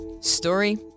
Story